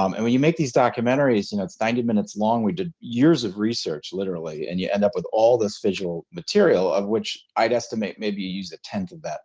um and when you make these documentaries you know it's ninety minutes long we did years of research, literally, and you end up with all this visual material. of which i'd estimate maybe you use a tenth of that